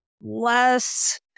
less